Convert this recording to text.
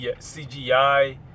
CGI